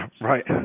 Right